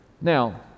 Now